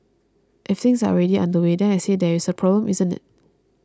if things are already underway then I say there is a problem isn't it